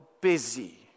busy